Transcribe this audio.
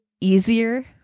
easier